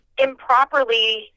improperly